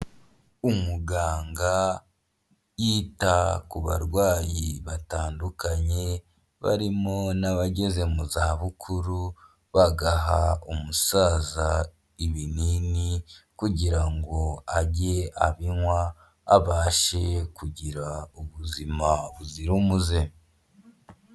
Umuganga yita ku barwayi batandukanye barimo n'abageze mu za bukuru bagaha umusaza ibinini kugira ngo ajye abinywa abashe kugira ubuzima buzira umuze.